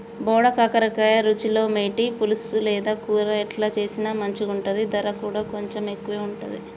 బోడ కాకర రుచిలో మేటి, పులుసు లేదా కూర ఎట్లా చేసిన మంచిగుంటది, దర కూడా కొంచెం ఎక్కువే ఉంటది